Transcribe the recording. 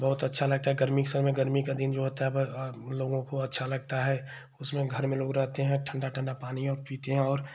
बहुत अच्छा लगता है गर्मी के समय गर्मी का दिन जो होता है लोगों को अच्छा लगता है उसमें घर में लोग रहते हएँ ठंडा ठंडा पानी पीते हैं और